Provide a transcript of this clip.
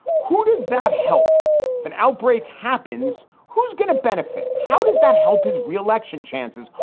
who does that help? if an outbreak happens, who's going to benefit? how does that help his re-election chances?